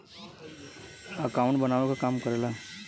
accountant बनावे क काम करेला